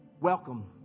Welcome